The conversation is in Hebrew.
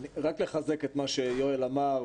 אני רק אחזק את מה שיואל אמר.